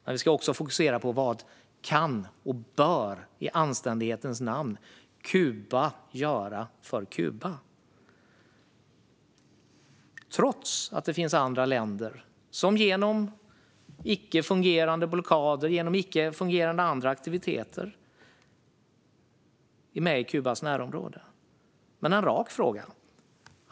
Men vi ska också fokusera på vad Kuba i anständighetens namn kan och bör göra för Kuba, trots att det finns andra länder som använder icke fungerande blockader och andra icke fungerande aktiviteter i Kubas närområde. Jag vill ställa en rak fråga.